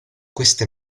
queste